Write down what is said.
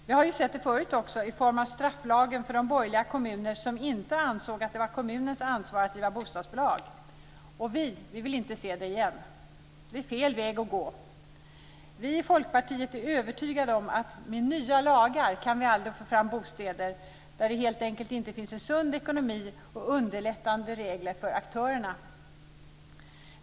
Vi har sett det förut, i form av strafflagen för de borgerliga kommuner som inte ansåg att det var kommunens ansvar att driva bostadsbolag, och vi vill inte se det igen. Det är fel väg att gå. Vi i Folkpartiet är övertygade om att nya lagar aldrig kan få fram bostäder där det helt enkelt inte finns en sund ekonomi och underlättande regler för aktörerna.